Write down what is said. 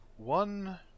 one